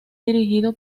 dirigido